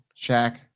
Shaq